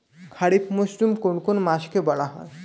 খারিফ মরশুম কোন কোন মাসকে বলা হয়?